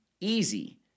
easy